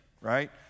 right